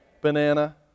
Banana